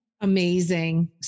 Amazing